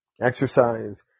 exercise